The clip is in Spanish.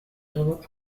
todo